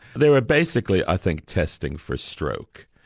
they were ah basically i think testing for stroke,